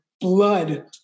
blood